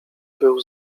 był